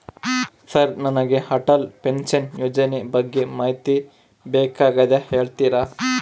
Sir ನನಗೆ Atal pension ಯೋಜನೆ ಬಗ್ಗೆ ಮಾಹಿತಿ ಬೇಕಾಗ್ಯದ ಹೇಳ್ತೇರಾ?